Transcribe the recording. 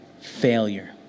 failure